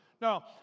No